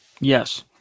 Yes